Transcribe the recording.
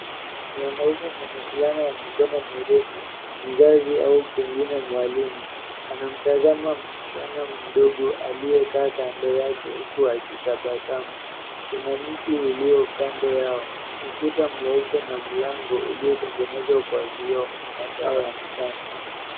Mwanaume mwenye fulana ya mikono mirefu, mzazi au pengine mwalimu. Anamtazama msichana mdogo aliyekaa kando yake huku akitabasamu. Kuna mti ulio kando yao. Ukuta mweupe na mlango uliotengenezwa kwa vioo. Masaa ya mchana.